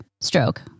stroke